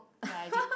ya I did